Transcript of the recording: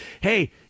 Hey